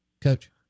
coach